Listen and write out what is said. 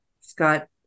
scott